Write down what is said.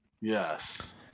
Yes